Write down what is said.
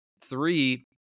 three